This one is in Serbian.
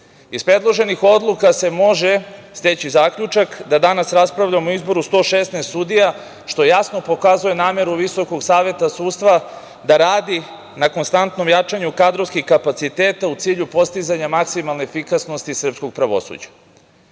Iz predloženih odluka se može steći zaključak da danas raspravljamo o izboru 116 sudija, što jasno pokazuje nameru VSS da radi na konstantnom jačanju kadrovskih kapaciteta u cilju postizanja maksimalne efikasnosti srpskog pravosuđa. Ukoliko